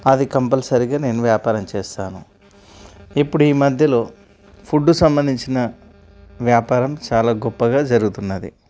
అది కంపల్సరీగా నేను వ్యాపారం చేస్తాను ఇప్పుడు ఈ మధ్యలో ఫుడ్డుకు సంబంధించిన వ్యాపారం చాలా గొప్పగా జరుగుతున్నది